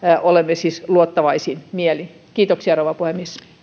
olemme siis luottavaisin mielin kiitoksia rouva puhemies